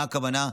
מה הכוונה?